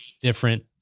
different